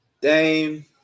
Dame